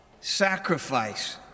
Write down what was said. sacrifice